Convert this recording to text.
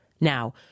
Now